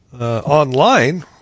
online